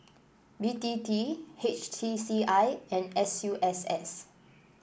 B T T H T C I and S U S S